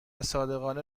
صادقانه